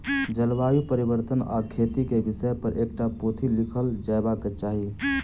जलवायु परिवर्तन आ खेती के विषय पर एकटा पोथी लिखल जयबाक चाही